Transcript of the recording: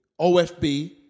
OFB